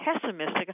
pessimistic